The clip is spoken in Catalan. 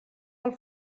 del